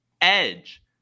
Edge